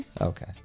okay